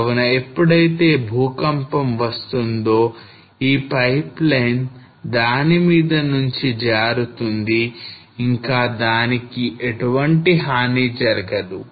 కావున ఎప్పుడైతే భూకంపం వస్తుందో ఈ పైప్ లైన్ దాని మీద నుంచి జారుతుంది ఇంకా దానికి ఎటువంటి హాని జరగదు